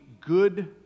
good